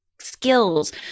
skills